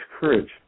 courage